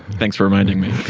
thanks for reminding me.